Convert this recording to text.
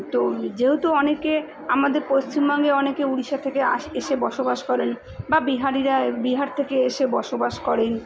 তো যেহতু অনেকে আমাদের পশ্চিমবঙ্গে অনেকে উড়িষ্যা থেকে আস এসে বসবাস করেন বা বিহারিরা বিহার থেকে এসে বসবাস করেন